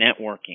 networking